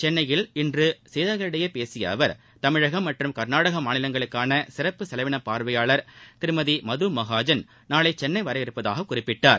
சென்னையில் இன்று செய்தியாளர்களிடம் பேசிய அவர் தமிழகம் மற்றும் கர்நாடக மாநிலங்களுக்கான சிறப்பு செலவின பார்வையாளர் திருமதி மது மகாஜன் நாளை சென்ளை வர இருப்பதாக குறிப்பிட்டார்